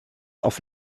auf